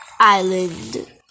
island